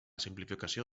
simplificació